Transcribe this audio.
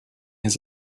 his